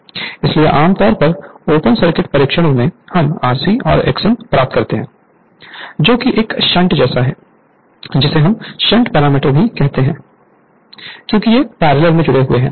इसलिए आम तौर पर ओपन सर्किट परीक्षणों में हम Rc और Xm प्राप्त करते हैं जो एक शंट है जिसे हम शंट पैरामीटर कहते हैं क्योंकि ये पैरेलल में जुड़े हुए हैं